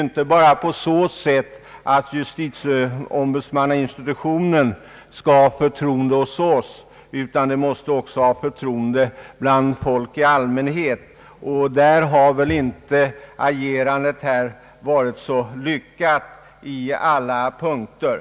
Emellertid måste ju ombudsmannainstitutionen omfattas med förtroende inte bara av oss i riksdagen utan också av folk i allmänhet, och med tanke därpå har väl agerandet i det här ärendet inte varit så lyckat på alla punkter.